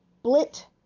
Split